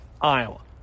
Iowa